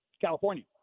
California